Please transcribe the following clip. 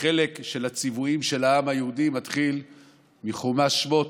החלק של הציוויים של העם היהודי מתחיל מחומש שמות,